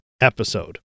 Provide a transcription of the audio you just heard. episode